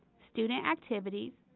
student activities,